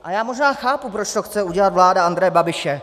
A já možná chápu, proč to chce udělat vláda Andreje Babiše.